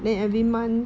then every month